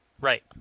Right